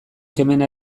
kemena